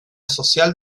social